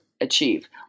achieve